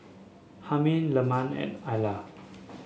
Hilmi Leman and Alya